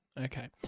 Okay